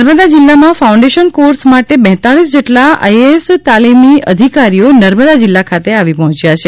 નર્મદા જિલ્લામાં foundation course માટે બેંતાલીસ જેટલા આઈએએસ તાલિમી અધિકારીઓ નર્મદા જિલ્લા ખાતે આવી પહોંચ્યા છે